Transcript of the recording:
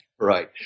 Right